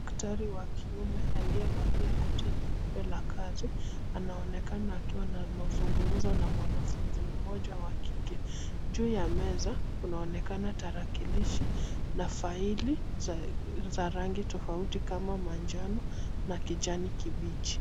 Daktari wa kiume aliyevaa koti nyeupe la kazi, anaonekana akiwa na mazungumzo na mwanafunzi mmoja wa kike. Juu ya meza, kunaonekana tarakilishi na faili za rangi tofauti kama manjano na kijani kibichi.